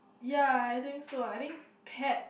ya I think so ah I think pet